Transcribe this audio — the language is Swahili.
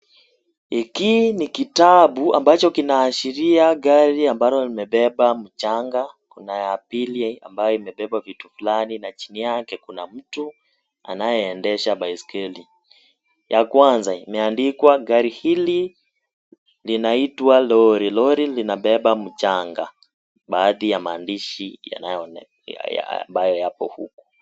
Hiki ni kitabu ambacho kinaashiria gari ambalo imebeba mchanga kuna ya pili ambayo imebeba vitu fulani na chini yake kuna mtu anayeendesha baiskeli, ya kwanza imeandikwa gari hili inaitwa lori, lori linabeba mchanga baadhi ya maandishi ambayo yapo huku.